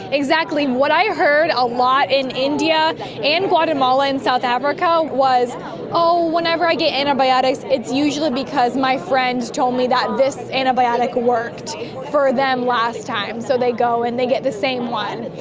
exactly. what i heard a lot in india and guatemala and south africa was oh, whenever i get antibiotics, it's usually because of my friend told me that this antibiotic worked for them last time. so they go and they get the same one.